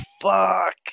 fuck